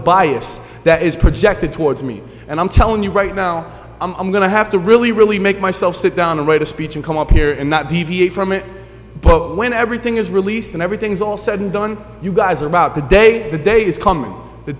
bias that is projected towards me and i'm telling you right now i'm going to have to really really make myself sit down and write a speech and come up here and not deviate from it but when everything is released and everything's all said and done you guys are about the day the day is coming the